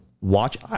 Watch